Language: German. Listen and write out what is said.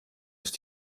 ist